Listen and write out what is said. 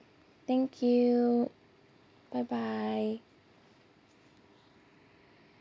thank you bye bye